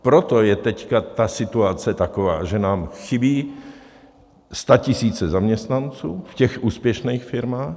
Proto je teď ta situace taková, že nám chybí statisíce zaměstnanců v úspěšných firmách.